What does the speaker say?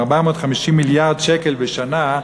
מ-450 מיליארד שקל בשנה,